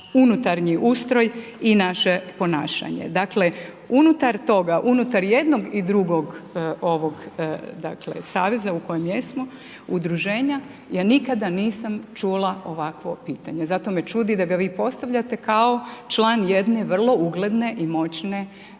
unutar ustroj i naše ponašanje. Dakle, unutar toga, unutar jednog i drugog ovog saveza u kojem jesmo, udruženja, ja nikada nisam čula ovakvo pitanje zato me čudi da ga vi postavljate kao član jedne vrlo ugledne i moćne